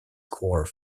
core